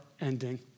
ending